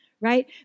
right